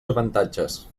avantatges